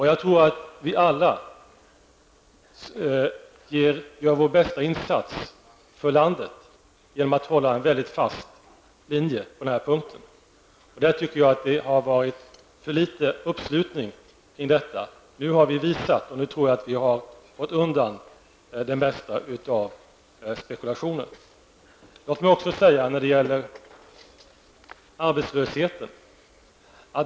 Jag tror att vi alla gör vår bästa insats för landet genom att hålla en mycket fast linje på den här punkten. Jag tycker att det har varit en för liten uppslutning kring detta. Nu tror jag att vi har fått undan de flesta spekulationerna.